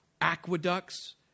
aqueducts